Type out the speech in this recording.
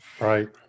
Right